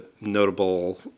notable